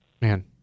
Man